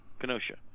Kenosha